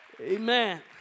Amen